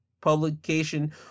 publication